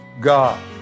God